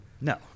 No